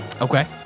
Okay